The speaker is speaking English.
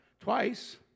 twice